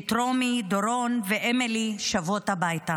את רומי, דורון ואמילי שבות הביתה.